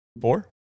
Four